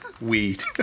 weed